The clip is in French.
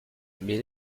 mes